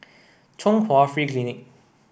Chung Hwa Free Clinic